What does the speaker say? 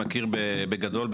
בגדול,